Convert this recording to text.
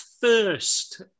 first